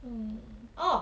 mm oh